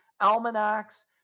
almanacs